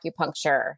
acupuncture